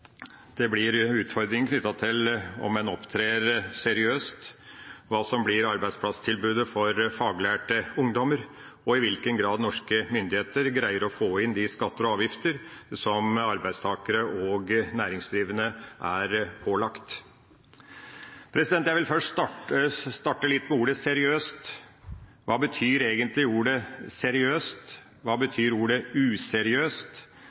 det blir utfordringer knyttet til om en opptrer seriøst, hva som blir arbeidsplasstilbudet for faglærte ungdommer, og i hvilken grad norske myndigheter greier å få inn de skatter og avgifter som arbeidstakere og næringsdrivende er pålagt. Jeg vil starte litt med ordet «seriøst». Hva betyr egentlig ordet «seriøst»? Hva